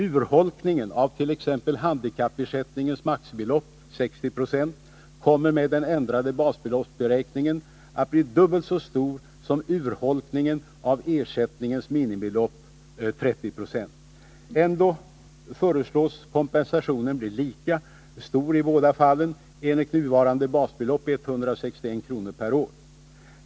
Urholkningen av t.ex. handikappersättningens maximibelopp, 60 26, kommer med den ändrade basbeloppsberäkningen att bli dubbelt så stor som urholkningen av ersättningens minimibelopp, 30 26. Ändå föreslås kompensationen bli lika stor i båda fallen — enligt nuvarande basbelopp 161 kr. per år.